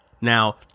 now